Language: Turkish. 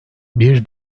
bir